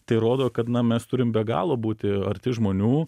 tai rodo kad na mes turim be galo būti arti žmonių